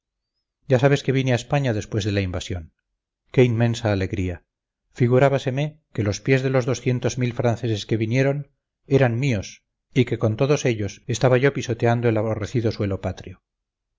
ya sabes que vine a españa después de la invasión qué inmensa alegría figurábaseme que los pies de los doscientos mil franceses que vinieron eran míos y que con todos ellos estaba yo pisoteando el aborrecido suelo patrio